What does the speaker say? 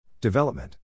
Development